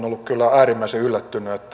ollut kyllä äärimmäisen yllättynyt